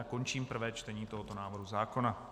Končím prvé čtení tohoto návrhu zákona.